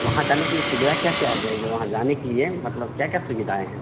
वहाँ जाने के लिए सुविधा क्या क्या है जैसे वहाँ जाने के लिए मतलब क्या क्या सुविधाएँ हैं